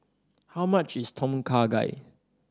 how much is Tom Kha Gai